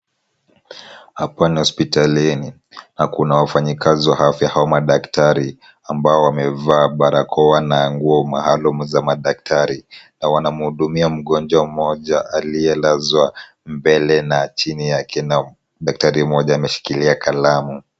Hapa ni hospitalini na kuna wafanyikazi wa afya au madaktari ambao wamevaa barakoa na nguo maalum za madaktari na wanamhudumia mgonjwa mmoja aliyelazwa mbele na chini yake na daktari mmoja ameshikilia kalamu.